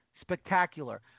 spectacular